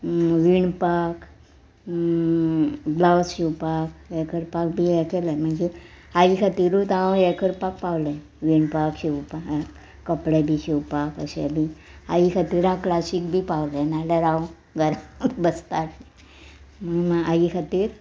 विणपाक ब्लावज शिंवपाक हे करपाक बी हें केलें मागीर आई खातिरूत हांव हें करपाक पावलें विणपाक शिंवपाक कपडे बी शिंवपाक अशें बी आई खातीर हांव क्लासीक बी पावलें नाल्यार हांव घराक बसतां आशिल्लें आई खातीर